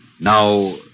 Now